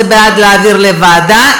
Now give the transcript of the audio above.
זה בעד להעביר לוועדה,